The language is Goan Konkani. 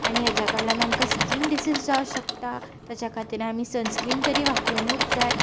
आनी हेच्या कारणांतल्यान आमकां स्कीन डिझीज जावंक शकता तेच्या खातीर आमी सनस्क्रीन तरी वापरूंकूच जाय